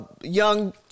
young